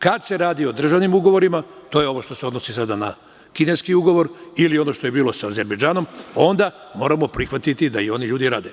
Kada se radi o državnim ugovorima, to je ovo što se odnosi sada na kineski ugovor ili ono što je bilo sa Azerbejdžanom, onda moramo prihvatiti da i oni ljudi rade.